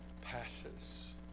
passes